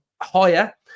higher